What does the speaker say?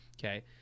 Okay